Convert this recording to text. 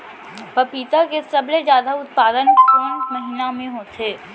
पपीता के सबले जादा उत्पादन कोन महीना में होथे?